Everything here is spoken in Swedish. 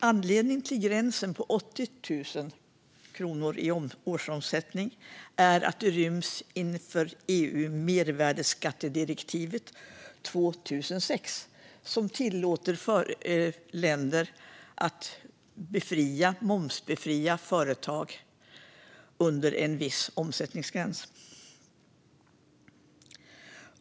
Anledningen till gränsen på 80 000 i årsomsättning är att den ryms inom EU:s mervärdesskattedirektiv från 2006, som tillåter länder att momsbefria företag under en viss omsättning.